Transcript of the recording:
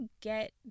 get